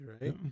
right